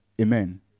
Amen